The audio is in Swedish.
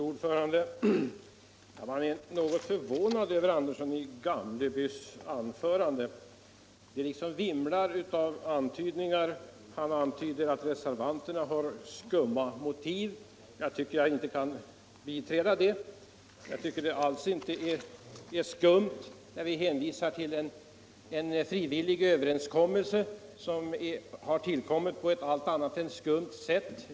Fru talman! Jag är något förvånad över herr Anderssons i Gamleby anförande som vimlade av antydningar. Han antyder att reservanterna har skumma motiv. Jag kan inte biträda detta. Jag tycker inte alls att det är skumt när vi hänvisar till en frivillig överenskommelse som har tillkommit på ett allt annat än skumt sätt.